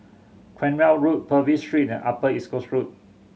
Cranwell Road Purvis Street and Upper East Coast Road